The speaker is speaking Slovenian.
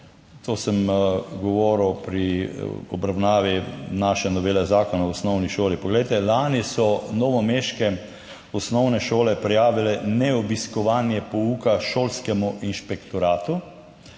tem sem govoril pri obravnavi naše novele Zakona o osnovni šoli. Poglejte, lani so novomeške osnovne šole prijavile neobiskovanje pouka šolskemu inšpektoratu.